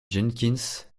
jenkins